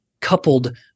coupled